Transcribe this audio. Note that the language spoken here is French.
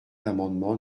l’amendement